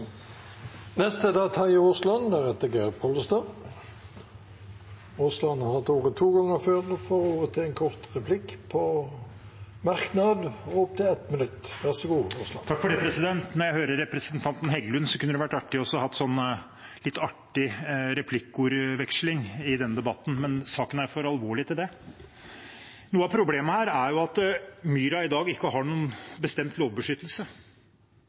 Terje Aasland har hatt ordet to ganger tidligere og får ordet til en kort merknad, begrenset til 1 minutt. Når jeg hører representanten Heggelund, kunne det ha vært morsomt å ha et litt artig replikkordskifte i denne debatten, men saken er for alvorlig til det. Noe av problemet her er at myra i dag ikke har noen bestemt lovbeskyttelse,